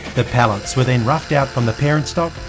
the pallets were then roughed out from the parent stock,